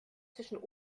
zwischen